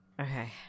Okay